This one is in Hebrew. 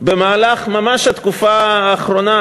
במהלך התקופה האחרונה